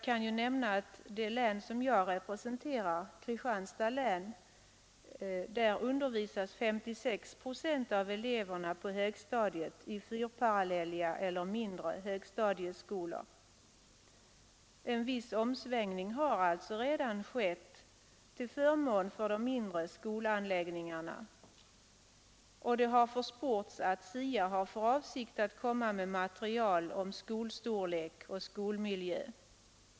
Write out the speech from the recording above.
I det län jag representerar — Kristianstads län — undervisas 56 procent av eleverna på högstadiet i fyrparallelliga eller mindre skolor. En viss omsvängning har alltså redan skett till förmån för mindre skolanläggningar, och det har försports att SIA har för avsikt att komma med material om skolstorlek och skolmiljö.